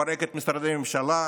לפרק את משרדי הממשלה,